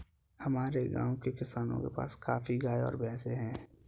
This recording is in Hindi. हमारे गाँव के किसानों के पास काफी गायें और भैंस है